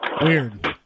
Weird